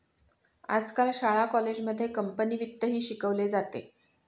आजकाल शाळा कॉलेजांमध्ये कंपनी वित्तही शिकवले जाते